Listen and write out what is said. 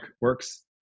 works